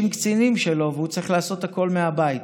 קצינים שלו והוא צריך לעשות הכול מהבית.